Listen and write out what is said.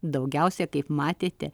daugiausia kaip matėte